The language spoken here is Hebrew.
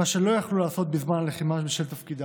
מה שלא יכלו לעשות בזמן הלחימה בשל תפקידם.